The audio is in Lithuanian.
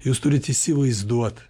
jūs turit įsivaizduot